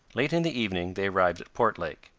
late in the evening they arrived at portlake,